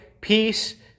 peace